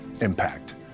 impact